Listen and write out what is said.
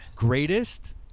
Greatest